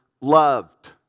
loved